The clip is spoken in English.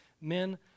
Men